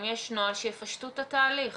אם יש נוהל שיפשטו את התהליך,